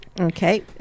Okay